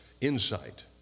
insight